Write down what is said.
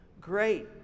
Great